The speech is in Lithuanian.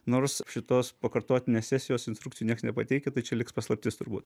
nors šitos pakartotinės sesijos instrukcijų nieks nepateikia tai čia liks paslaptis turbūt